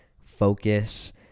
focus